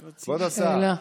הוא מציג שאלה.